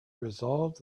resolved